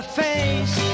face